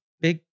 big